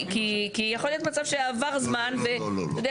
כי יכול להיות מצב שעבר זמן ואתה יודע